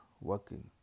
working